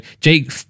Jake